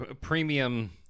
premium